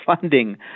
funding